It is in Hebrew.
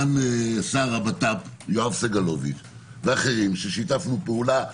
שר הבט"פ יואב סגלוביץ ואחרים, ששיתפנו פעולה יחד,